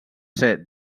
ser